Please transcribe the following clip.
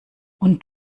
und